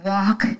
Walk